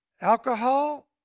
alcohol